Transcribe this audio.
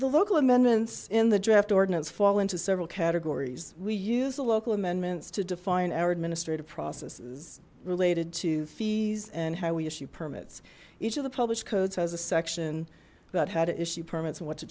the local amendments in the draft ordinance fall into several categories we use the local amendments to define our administrative processes related to fees and how we issue permits each of the published codes has a section that had to issue permits and what to